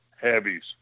heavies